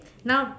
now